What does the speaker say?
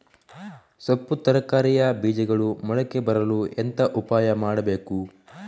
ಸೊಪ್ಪು ತರಕಾರಿಯ ಬೀಜಗಳು ಮೊಳಕೆ ಬರಲು ಎಂತ ಉಪಾಯ ಮಾಡಬೇಕು?